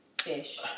fish